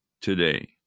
today